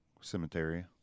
Cemetery